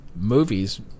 Movies